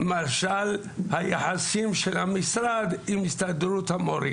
למשל היחסים של המשרד עם הסתדרות המורים.